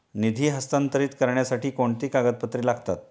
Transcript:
निधी हस्तांतरित करण्यासाठी कोणती कागदपत्रे लागतात?